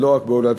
ולא רק בהולדתו,